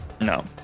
No